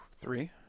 three